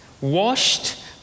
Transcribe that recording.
Washed